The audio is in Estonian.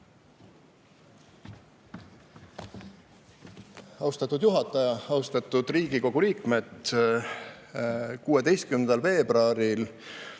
Austatud juhataja! Austatud Riigikogu liikmed! 16. veebruaril